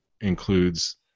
includes